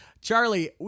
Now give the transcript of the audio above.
Charlie